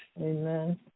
Amen